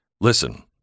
listen